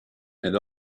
and